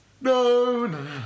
No